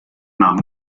nahm